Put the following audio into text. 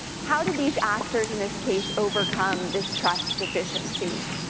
how did these actors in this case overcome this trust deficiency?